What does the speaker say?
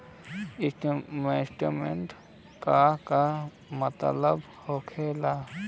Investment क का मतलब हो ला?